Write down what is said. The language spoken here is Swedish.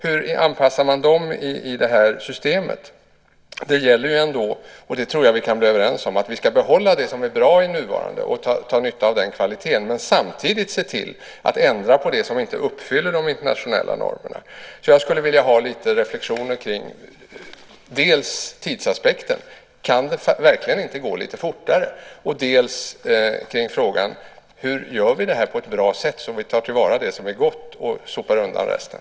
Hur anpassar man dem i det här systemet? Det gäller ju ändå, och det tror jag att vi kan vara överens om, att vi ska behålla det som är bra i det nuvarande och dra nytta av kvaliteten men samtidigt se till att ändra på det som inte uppfyller de internationella normerna. Jag skulle vilja ha lite reflexioner kring dels tidsaspekten, om det verkligen inte kan gå lite fortare, dels kring frågan hur vi gör det här på ett bra sätt så att vi tar till vara det som är gott och sopar undan resten.